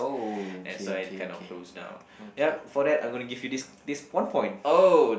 that's why it kind of closed down yup for that I'm gonna give you this this one point